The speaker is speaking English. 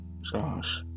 Josh